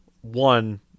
one